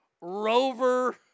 Rover